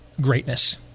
greatness